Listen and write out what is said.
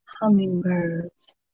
hummingbirds